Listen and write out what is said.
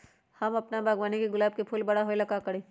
हम अपना बागवानी के गुलाब के फूल बारा होय ला का करी?